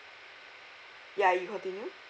ya you continue